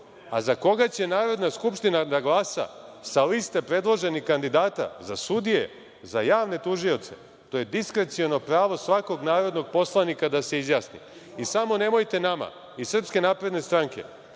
Za koga će Narodna skupština da glasa sa liste predloženih kandidata, za sudije, za javne tužioce, to je diskreciono pravo svakog narodnog poslanika da se izjasni. Samo nemojte nama iz SNS da lepite